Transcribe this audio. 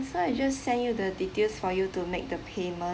so I just send you the details for you to make the payment